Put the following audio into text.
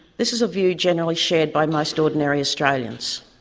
this is a view generally shared by most ordinary australians.